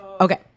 okay